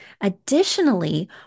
Additionally